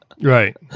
Right